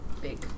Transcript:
big